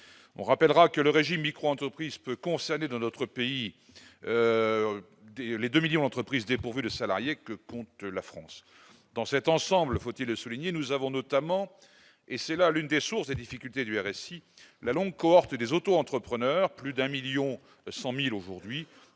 on rappellera que le régime micro-entreprise peu concerner dans notre pays dès les 2 millions d'entreprises dépourvues de salariés que compte la France, dans cet ensemble, faut-il le souligner, nous avons notamment, et c'est là l'une des sources, des difficultés du RSI la longue cohorte des auto-entrepreneurs, plus d'un 1000000 100 1000 aujourd'hui,